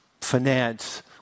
finance